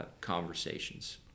conversations